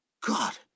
God